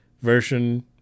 version